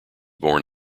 born